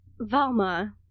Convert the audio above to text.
Valma